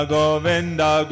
Govinda